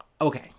Okay